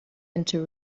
into